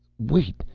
wait!